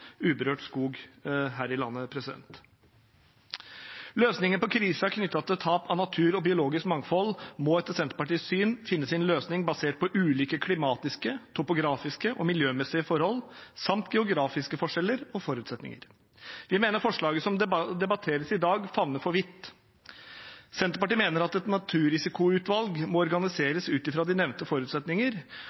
uberørt skog her i landet. Løsningen på krisen knyttet til tap av natur og biologisk mangfold må etter Senterpartiets syn finne sin løsning basert på ulike klimatiske, topografiske og miljømessige forhold samt geografiske forskjeller og forutsetninger. Vi mener forslaget som debatteres i dag, favner for vidt. Senterpartiet mener at et naturrisikoutvalg må organiseres ut fra de nevnte forutsetninger